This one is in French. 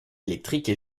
électrique